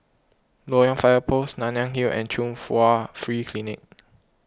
Loyang Fire Post Nanyang Hill and Chung Hwa Free Clinic